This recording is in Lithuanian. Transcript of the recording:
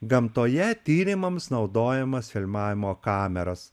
gamtoje tyrimams naudojamas filmavimo kameras